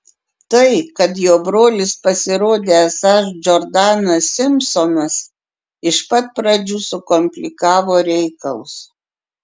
tai kad jo brolis pasirodė esąs džordanas simpsonas iš pat pradžių sukomplikavo reikalus